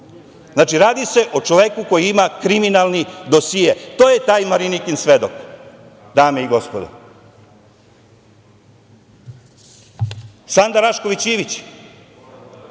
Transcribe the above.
Znači, radi se o čoveku koji ima kriminalni dosije. To je taj Marinikin svedok, dame i gospodo. Sanda Rašković Ivić,